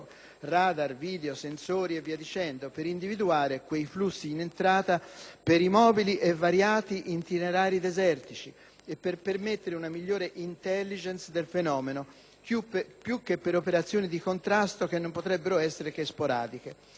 (radar, video, sensori e via dicendo) per individuare i flussi in entrata per i mobili e variati itinerari desertici e per permettere una migliore *intelligence* del fenomeno, più che per operazioni di contrasto che non potrebbero essere che sporadiche.